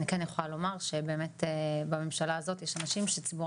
אני כן יכולה לומר שבאמת בממשלה הזאת יש אנשים שציבור